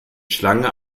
schlange